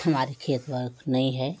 हमारी खेत नहीं है